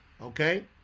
okay